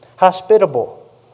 hospitable